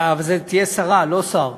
אבל זאת תהיה שרה, לא שר.